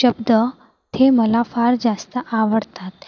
शब्द ते मला फार जास्त आवडतात